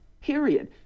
period